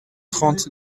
trente